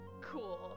cool